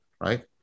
Right